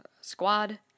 squad